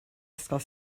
ysgol